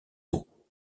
eaux